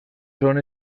són